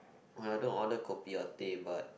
well I don't order kopi or teh but